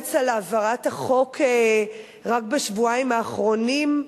אומץ על העברת החוק, רק בשבועיים האחרונים,